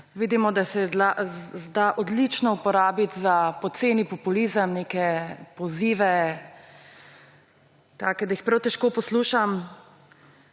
Vidimo, da se jo da odlično uporabiti za poceni populizem, neke pozive, take, da jih prav težko poslušam,